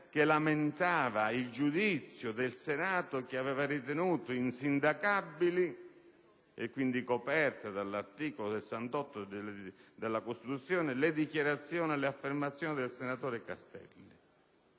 che lamentava il giudizio del Senato in base al quale aveva ritenuto insindacabili, e quindi coperte dall'articolo 68 della Costituzione, le dichiarazioni e le affermazioni del senatore Castelli.